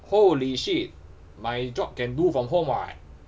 holy shit my job can do from home [what]